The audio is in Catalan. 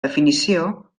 definició